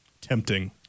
tempting